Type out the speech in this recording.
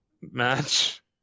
match